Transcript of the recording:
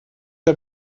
der